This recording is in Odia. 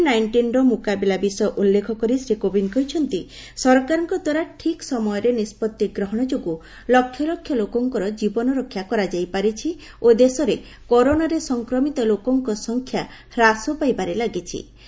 କୋବିଡ୍ ନାଇଷ୍ଟିନ୍ର ମୁକାବିଲା ବିଷୟ ଉଲ୍ଲେଖ କରି ଶ୍ରୀ କୋବିନ୍ଦ କହିଛନ୍ତି ସରକାରଙ୍କ ଦ୍ୱାରା ଠିକ୍ ସମୟରେ ନିଷ୍ପଭି ଗ୍ରହଣ ଯୋଗୁଁ ଲକ୍ଷଲକ୍ଷ ଲୋକଙ୍କର କ୍ରୀବନରକ୍ଷା କରାଯାଇପାରିଛି ଓ ଦେଶରେ କରୋନାରେ ସଂକ୍ରମିତ ଲୋକଙ୍କ ସଂଖ୍ୟା ହ୍ରାସ ପାଇବାରେ ଲାଗିଛି